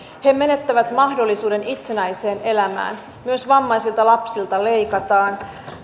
he menettävät mahdollisuuden itsenäiseen elämään myös vammaisilta lapsilta leikataan